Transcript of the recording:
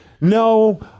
no